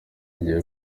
igiye